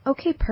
Okay